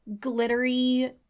glittery